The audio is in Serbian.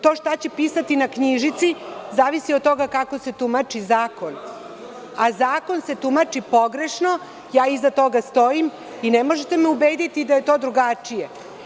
To šta će pisati na knjižici zavisi i od toga kako se tumači zakon, a zakon se tumači pogrešno, iza toga stojim i ne možete me ubediti da je to drugačije.